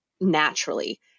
naturally